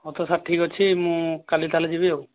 ହେଉ ତ ସାର୍ ଠିକ ଅଛି ମୁଁ କାଲି ତା'ହେଲେ ଯିବି ଆଉ